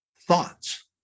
thoughts